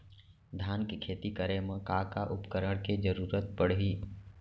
धान के खेती करे मा का का उपकरण के जरूरत पड़हि?